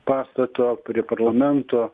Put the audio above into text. pastato prie parlamento